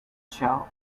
show